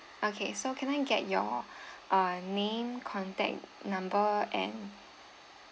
okay so can I get your uh name contact number and